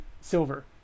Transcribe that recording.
silver